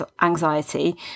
anxiety